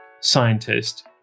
scientist